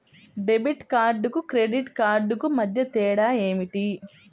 Debit కార్డుకు credit కార్డుకు మధ్య తేడా ఏమిటీ?